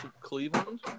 Cleveland